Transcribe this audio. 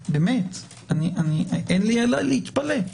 אין לי אלא להתפלא.